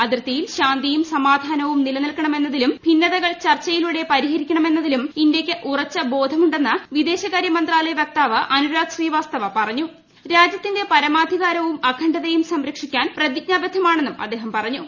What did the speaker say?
അതിർത്തിയിൽ ശാന്തിയും സമാധാന്ട്പും നിലനിൽക്കണമെന്നതിലും ഭിന്നതകൾ ചർച്ചയില്ല് ട്ടെ പരിഹരിക്കണമെന്നതിലും ഇന്തൃക്ക് ഉറച്ച ബോധമുണ്ടെന്ന് വിദേശകാര്യമന്ത്രാലയ വക്താവ് അനുരാഗ് പരമാധികാരവും അഖണ്ഡതയും സംരക്ഷിക്കാൻ പ്രതിജ്ഞാബദ്ധമാണെന്നും അദ്ദേഹം പറഞ്ഞു